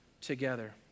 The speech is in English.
together